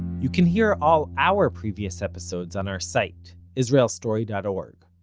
you can hear all our previous episodes on our site, israelstory dot org,